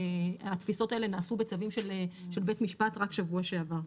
התפיסות האלה נעשו בצווים של בית משפט רק בשבוע שעבר,